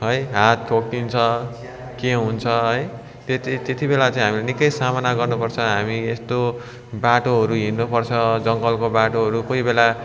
है हात ठोकिन्छ के हुन्छ है त्यतिबेला चाहिँ हामीले निकै सामना गर्नु पर्छ हामी यस्तो बाटोहरू हिड्न पर्छ जङ्गलको बाटोहरू कोही बेला